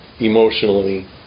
emotionally